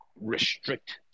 restrict